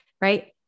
right